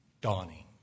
dawning